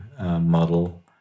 model